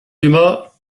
dumas